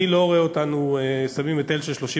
אני לא רואה אותנו שמים היטל של 30